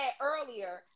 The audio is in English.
earlier